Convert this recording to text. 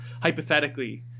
hypothetically